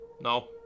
No